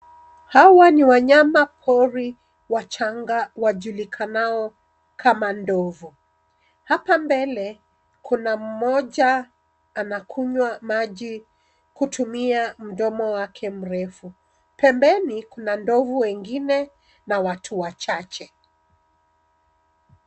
Hawa ni wanyamapori wachanga wajulikanao kama ndovu. Hapa mbele kuna mmoja anakunywa maji kutumia mdomo wake mrefu. Pembeni kuna ndovu wengine na watu wachache.